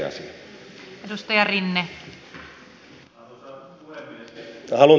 arvoisa rouva puhemies